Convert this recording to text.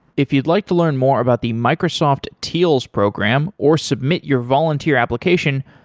if you'd like to learn more about the microsoft teals program or submit your volunteer application,